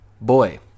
Boy